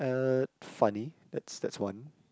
uh funny that's that's one